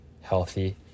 healthy